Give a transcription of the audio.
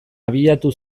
abiatu